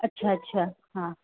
अच्छा अच्छा हा